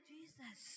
Jesus